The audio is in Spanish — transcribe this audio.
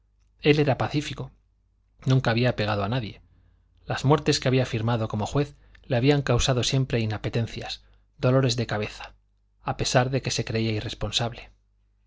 él era pacífico nunca había pegado a nadie las muertes que había firmado como juez le habían causado siempre inapetencias dolores de cabeza a pesar de que se creía irresponsable